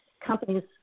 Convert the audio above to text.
companies